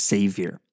Savior